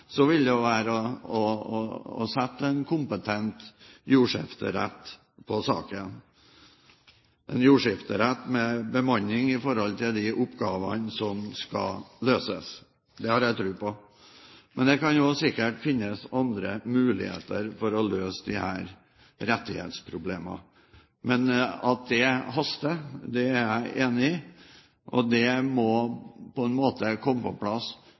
så må det løses, og det må drøftes på en grundig måte i meldingen, det forutsetter jeg. Hvis statsråden er interessert i et forslag fra meg, vil det være å sette en kompetent jordskifterett på saken, en jordskifterett med bemanning i forhold til de oppgavene som skal løses. Det har jeg tro på. Men det kan jo sikkert også finnes andre muligheter for å løse disse rettighetsproblemene. Men at det haster, er jeg